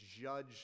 judge